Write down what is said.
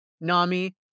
Nami